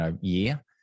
year